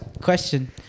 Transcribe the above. Question